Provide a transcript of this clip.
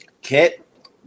Kit